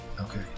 Okay